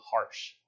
harsh